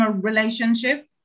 relationship